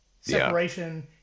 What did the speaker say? Separation